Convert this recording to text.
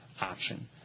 option